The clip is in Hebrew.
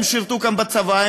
הם שירתו כאן בצבא,